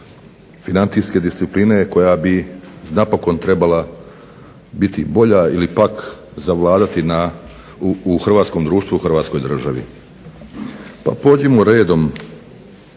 financijske discipline koja bi napokon trebala biti bolja ili pak zavladati u hrvatskom društvu i Hrvatskoj državi. Pa pođimo redom